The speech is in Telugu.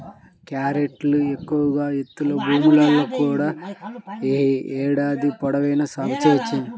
క్యారెట్ను ఎక్కువ ఎత్తులో భూముల్లో కూడా ఏడాది పొడవునా సాగు చేయవచ్చు